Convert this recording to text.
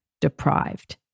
deprived